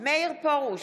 מאיר פרוש,